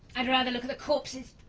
i'd rather look at the corpses!